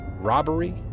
robbery